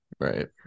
right